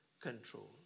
control